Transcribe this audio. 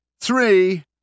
Three